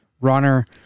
runner